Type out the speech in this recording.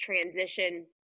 transition